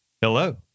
Hello